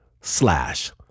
slash